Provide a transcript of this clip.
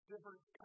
Different